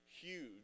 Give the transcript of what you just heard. huge